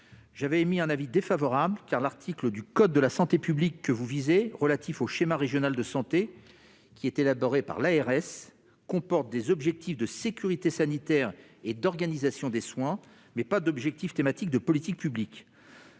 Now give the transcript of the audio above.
j'avais émis un avis défavorable, car l'article visé du code de la santé publique, qui est relatif au schéma régional de santé élaboré par l'ARS, comporte des objectifs de sécurité sanitaire et d'organisation des soins, mais ne mentionne pas d'objectif thématique de politique publique.